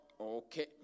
Okay